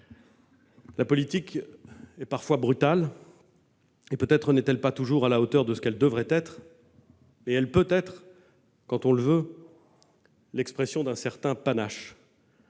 la politique est parfois brutale, et peut-être pas toujours à la hauteur de ce qu'elle devrait être, elle peut être aussi, quand on le veut, l'expression d'un certain panache